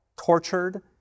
tortured